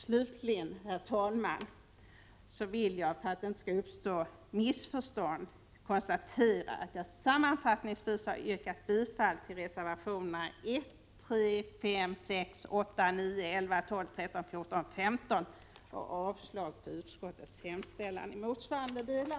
Slutligen vill jag, herr talman, för att missförstånd inte skall uppstå, sammanfattningsvis konstatera att jag yrkat bifall till reservationerna 1,3, 5, 6,8,9, 11, 12, 13, 14 och15 och avslag på utskottets hemställan i motsvarande delar.